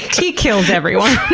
he kills everyone.